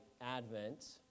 Advent